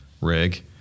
rig